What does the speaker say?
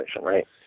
right